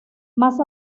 más